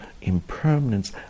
impermanence